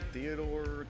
Theodore